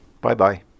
Bye-bye